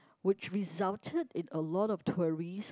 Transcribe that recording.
which resulted in a lot of tourist